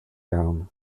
down